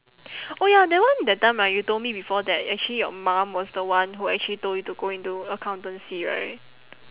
oh ya that one that time ah you told me before that actually your mum was the one that who actually told you to go into accountancy right